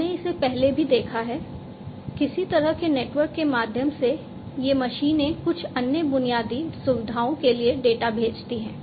हमने इसे पहले भी देखा है किसी तरह के नेटवर्क के माध्यम से ये मशीनें कुछ अन्य बुनियादी सुविधाओं के लिए डेटा भेजती हैं